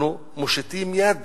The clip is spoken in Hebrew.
אנחנו מושיטים יד